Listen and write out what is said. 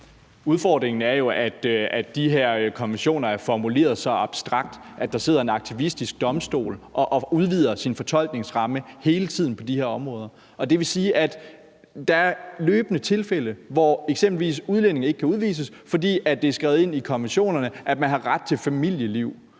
Udfordringen er jo, at de her konventioner er formuleret så abstrakt, at der sidder en aktivistisk domstol og hele tiden udvider sin fortolkningsramme på de områder. Det vil sige, at der løbende er tilfælde, hvor udlændinge eksempelvis ikke kan udvises, fordi det er skrevet ind i konventionerne, at man har ret til et familieliv,